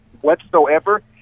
whatsoever